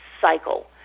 cycle